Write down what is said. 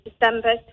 december